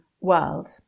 world